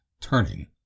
turning